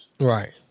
right